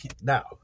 now